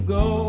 go